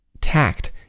Tact